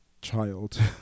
child